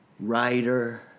Writer